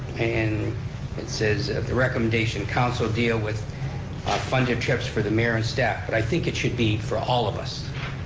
and it says at the recommendation that council deal with funded trips for the mayor and staff, but i think it should be for all of us.